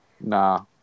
Nah